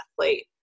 athlete